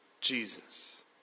jesus